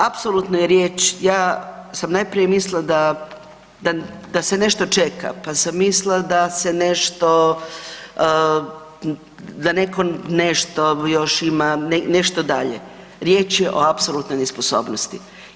Apsolutno je riječ, ja sam najprije mislila da se nešto čeka, pa sam mislila da se nešto, da neko nešto još ima nešto dalje, riječ je o apsolutnoj nesposobnosti.